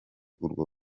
urwo